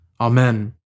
Amen